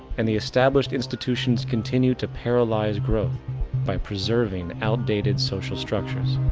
and the established institutions continue to paralyze growth by preserving outdated social structures.